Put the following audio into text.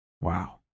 Wow